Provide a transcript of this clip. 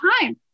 time